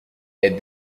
est